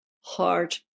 heart